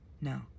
No